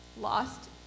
lost